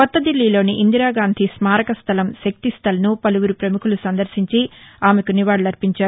కొత్త దిల్లీలోని ఇందిరాగాంధీ స్మారకస్వలం శక్తిస్టల్ ను పలువురు ప్రముఖులు సందర్శించి ఆమెకు నివాళులర్సించారు